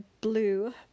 blue